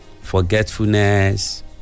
Forgetfulness